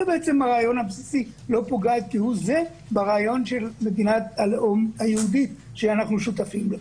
היא לא פוגעת כהוא זה ברעיון של מדינת הלאום היהודי שאנחנו שותפים לו.